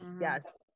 yes